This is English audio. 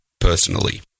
personally